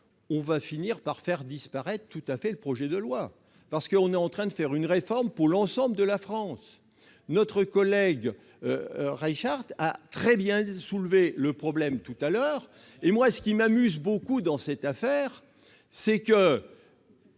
on va finir par faire disparaître totalement le projet de loi. On est en train de faire une réforme pour l'ensemble de la France. Notre collègue Reichardt a très bien soulevé le problème tout à l'heure. Ce qui m'amuse beaucoup dans cette affaire, c'est que,